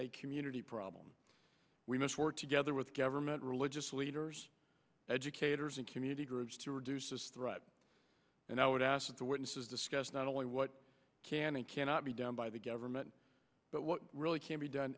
a community problem we must work together with government religious leaders educators and community groups to reduce this threat and i would ask that the witnesses discuss not only what can and cannot be done by the government but what really can be done